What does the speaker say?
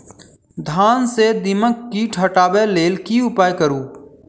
धान सँ दीमक कीट हटाबै लेल केँ उपाय करु?